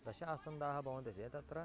दश आसन्दाः भवन्ति चेत् तत्र